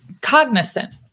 cognizant